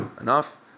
Enough